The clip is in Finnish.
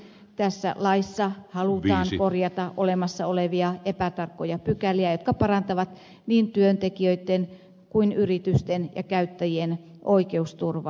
tässä laissa halutaan korjata olemassa olevia epätarkkoja pykäliä jotka parantavat niin työntekijöitten kuin yritysten ja käyttäjien oikeusturvaa